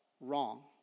wrong